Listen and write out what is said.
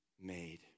made